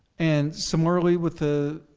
and some early, with the